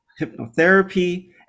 hypnotherapy